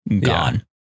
gone